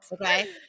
Okay